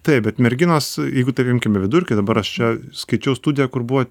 taip bet merginos jeigu taip imkim vidurkį dabar aš čia skaičiau studiją kur buvo